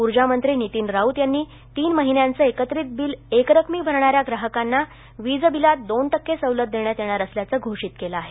ऊर्जा मंत्री नितीन राऊत यांनी तीन महिन्यांचे एकत्रित वीजबिल एक रकमी भरणाऱ्या ग्राहकांना वीज बिलात दोन टक्के सवलत देण्यात येणार असल्याचं घोषित केलं आहे